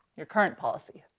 your current policy,